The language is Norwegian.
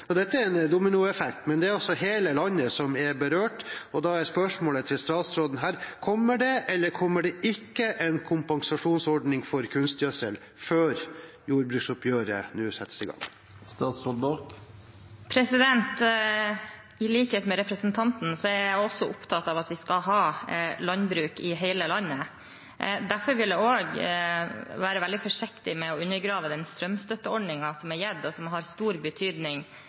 er en dominoeffekt, og hele landet er altså berørt. Da er spørsmålet til statsråden: Kommer det eller kommer det ikke en kompensasjonsordning for kunstgjødsel før jordbruksoppgjøret nå settes i gang? I likhet med representanten er jeg også opptatt av at vi skal ha landbruk i hele landet. Derfor vil jeg også være veldig forsiktig med å undergrave den strømstøtteordningen som er gitt, og som har stor betydning